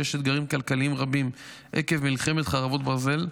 כשיש אתגרים כלכליים רבים עקב מלחמת חרבות ברזל,